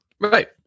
Right